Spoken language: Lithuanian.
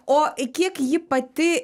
o kiek ji pati